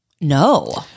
No